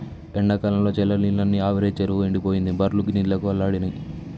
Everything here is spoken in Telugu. ఎండాకాలంల చెర్ల నీళ్లన్నీ ఆవిరై చెరువు ఎండిపోయింది బర్లు నీళ్లకు అల్లాడినై